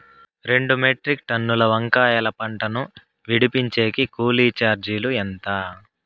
రెండు మెట్రిక్ టన్నుల వంకాయల పంట ను విడిపించేకి కూలీ చార్జీలు ఎంత?